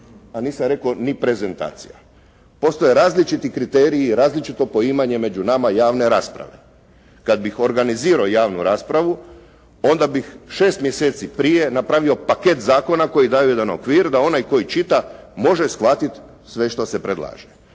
a nisam rekao ni prezentacija. Postoje različiti kriteriji i različno poimanje među nama javne rasprave. Kada bih organizirao javnu raspravu, onda bih 6 mjeseci prije napravio paket zakona koji daju jedan okvir, da onaj koji čita može shvatiti sve što se predlaže.